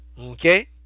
Okay